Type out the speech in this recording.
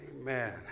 Amen